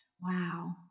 wow